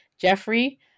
Jeffrey